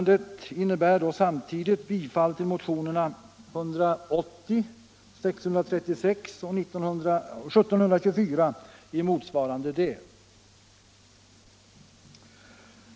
Det innebär samtidigt bifall till motionerna 180, 636 och 1724 i motsvarande del.